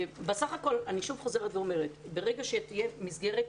אני שוב חוזרת ואומרת שבסך הכול ברגע שתהיה מסגרת,